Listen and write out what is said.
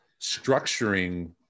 structuring